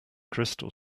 crystal